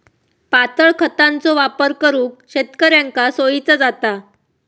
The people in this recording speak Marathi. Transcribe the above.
पातळ खतांचो वापर करुक शेतकऱ्यांका सोयीचा जाता